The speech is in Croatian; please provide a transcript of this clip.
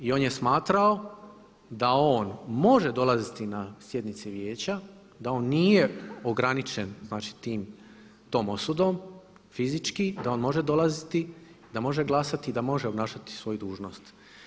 I on je smatrao da on može dolaziti na sjednice vijeća, da on nije ograničen znači tom osudom, fizički, da on može dolaziti, da može glasati i da može obnašati svoju dužnost.